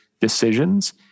decisions